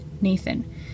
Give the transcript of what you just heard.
Nathan